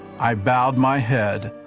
i bowed my head.